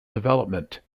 development